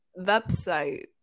website